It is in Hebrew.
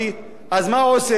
הוא מהלך עליהם אימים,